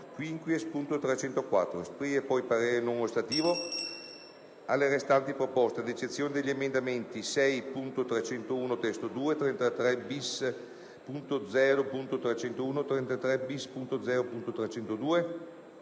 33-*quinquies*.304. Esprime poi parere non ostativo sulle restanti proposte, ad eccezione degli emendamenti 6.301 (testo 2), 32-*bis*.0.301, 32-bis.0.302,